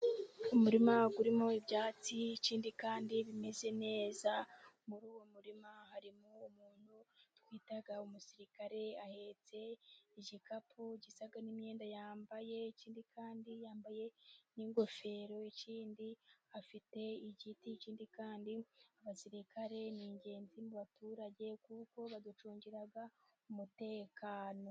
Umurima urimo ibyatsi, ikindi kandi bimeze neza, muri uwo murima harimo umuntu twita umusirikare, ahetse igikapu gisa n'imyenda yambaye, ikindi kandi yambaye n'ingofero, ikindi afite igiti, ikindi kandi abasirikare ni ingenzi mu baturage, kuko baducungira umutekano.